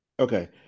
Okay